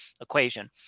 equation